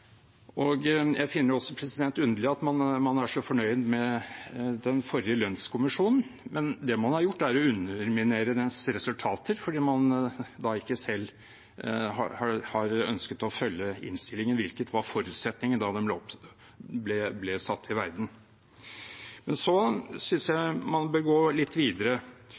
Jeg finner det også underlig at man er så fornøyd med den forrige lønnskommisjonen. Det man har gjort, er å underminere dens resultater fordi man ikke selv har ønsket å følge innstillingen, hvilket var forutsetningen da den ble satt til verden. Så synes jeg man bør gå litt videre